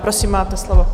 Prosím, máte slovo.